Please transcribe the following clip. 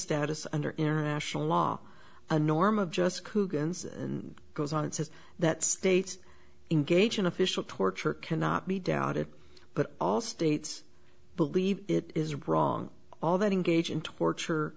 status under international law a norm of just coogan's and goes on and says that states engage in official torture cannot be doubted but all states believe it is wrong all that engage in torture